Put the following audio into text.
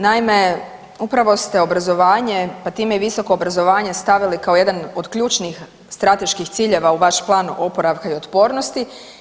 Naime, upravo ste obrazovanje pa time i Visoko obrazovanje stavili kao jedan od ključnih strateških ciljeva u vaš plan oporavka i otpornosti.